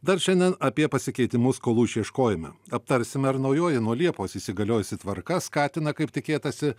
dar šiandien apie pasikeitimus skolų išieškojime aptarsime ar naujoji nuo liepos įsigaliojusi tvarka skatina kaip tikėtasi